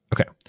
Okay